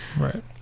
right